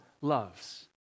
loves